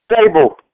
Stable